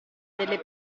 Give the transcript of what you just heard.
delle